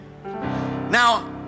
Now